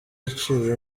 yaciye